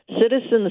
Citizens